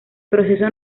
proceso